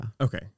Okay